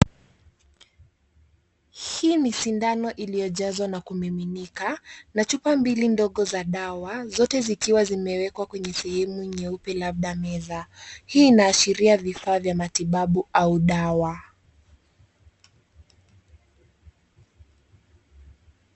Hii ni sindano iliyojazwa na kumiminika na chupa mbili ndogo za dawa zote zikiwa zimewekwa kwenye sehemu nyeupe labda meza. Hii inaashiria vifaa vya matibabu au dawa.